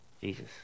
Jesus